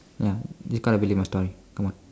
ya you gotta believe my story come on